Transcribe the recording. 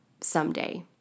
someday